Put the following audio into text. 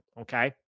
Okay